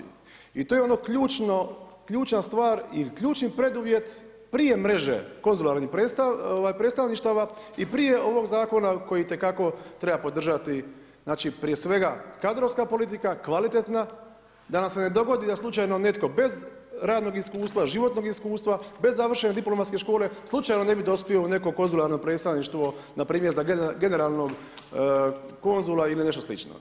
I to je ona ključna stvar i ključni preduvjet prije mreže konzularnih predstavništava i prije ovog zakona koji itekako treba podržati, znači prije svega kadrovska politika, kvalitetna da nam se ne dogodi da slučajno netko bez radnog iskustva, životnog iskustva, bez završene diplomatske škole, slučajno ne bi dospio u neko konzularno predstavništvo npr. za generalnog konzula ili nešto slično.